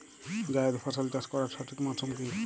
জায়েদ ফসল চাষ করার সঠিক মরশুম কি?